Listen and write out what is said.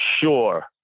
sure